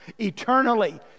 eternally